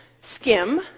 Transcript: skim